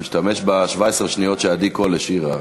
הוא משתמש ב-17 השניות שעדי קול השאירה.